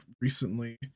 recently